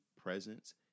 presence